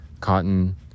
cotton